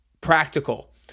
practical